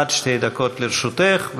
עד שתי דקות לרשותך,